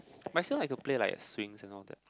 myself I could play like swings and all that